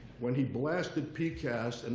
when he blasted pcast. and